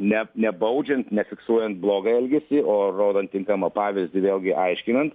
ne nebaudžiant nefiksuojant blogą elgesį o rodant tinkamą pavyzdį vėlgi aiškinant